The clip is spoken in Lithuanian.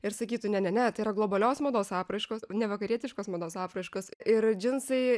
ir sakytų ne ne ne tai yra globalios mados apraiškos ne vakarietiškos mados apraiškos ir džinsai